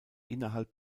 innerhalb